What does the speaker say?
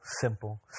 simple